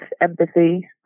empathy